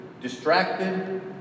distracted